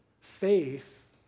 Faith